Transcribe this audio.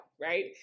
right